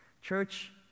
Church